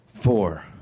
Four